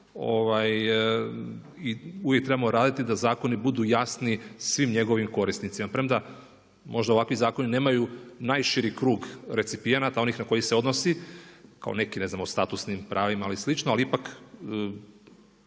i uvijek trebamo raditi da zakoni budu jasni svim njegovim korisnicima. Premda možda ovakvi zakoni nemaju najširi krug recipijenata onih na koji se odnosi kao neki ne znam o statusnim pravima ili slično, ali ipak